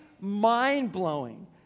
mind-blowing